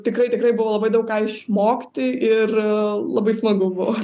tikrai tikrai buvo labai daug ką išmokti ir labai smagu buvo